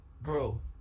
Bro